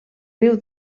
riu